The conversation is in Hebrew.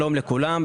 שלום לכולם,